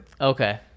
Okay